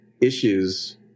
issues